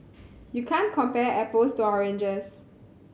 you can't compare apples to oranges